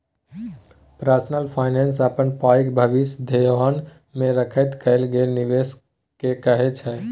personal finance अपन पाइके भबिस धेआन मे राखैत कएल गेल निबेश केँ कहय छै